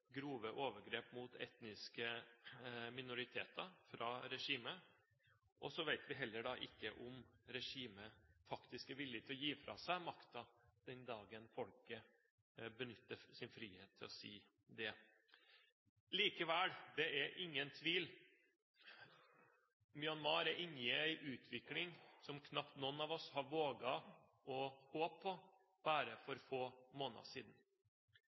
grove overgrep mot etniske minoriteter fra regimet, og vi vet heller ikke om regimet faktisk er villig til å gi fra seg makten den dagen folket benytter sin frihet. Likevel er det ingen tvil: Myanmar er inne i en utvikling som knapt noen av oss hadde våget å håpe på for bare få måneder siden.